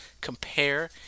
compare